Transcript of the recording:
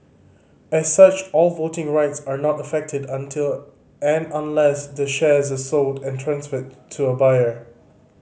as such all voting rights are not affected until and unless the shares are sold and transferred to a buyer